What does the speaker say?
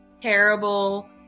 terrible